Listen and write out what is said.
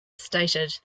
stated